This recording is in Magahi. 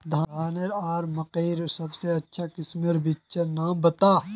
धानेर आर मकई सबसे अच्छा किस्मेर बिच्चिर नाम बता?